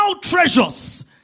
treasures